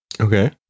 Okay